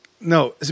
No